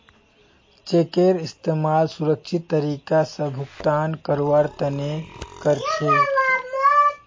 चेकेर इस्तमाल सुरक्षित तरीका स भुगतान करवार तने कर छेक